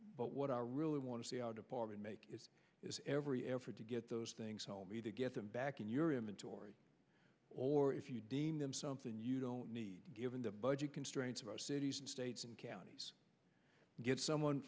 but what i really want to see our department make is is every effort to get those things homey to get them back in your inventory or if you deem them something you don't need given the budget constraints of our cities and states and counties get someone